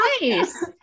nice